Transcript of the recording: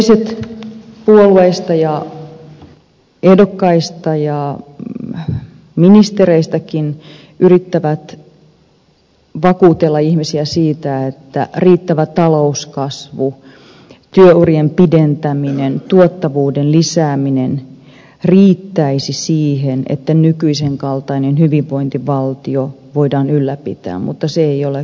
toiset puolueista ja ehdokkaista ja ministereistäkin yrittävät vakuutella ihmisiä siitä että riittävä talouskasvu työurien pidentäminen tuottavuuden lisääminen riittäisivät siihen että nykyisen kaltaista hyvinvointivaltiota voidaan ylläpitää mutta se ei ole kyllä totta